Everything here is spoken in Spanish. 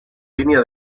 línea